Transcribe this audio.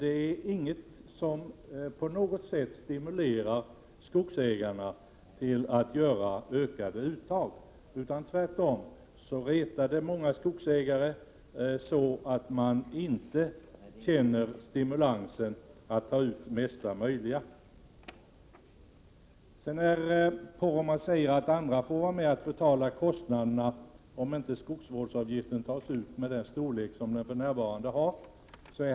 Detta är ingenting som stimulerar skogsägarna till ökade uttag, utan tvärtom retar det många skogsägare, och de känner ingen stimulans att ta ut det mesta möjliga av sin skog. Bruno Poromaa säger att andra får vara med och betala kostnaderna om man inte tar ut en skogsvårdsavgift av nuvarande storlek.